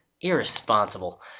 irresponsible